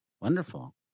Wonderful